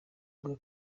bwa